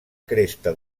cresta